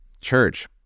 Church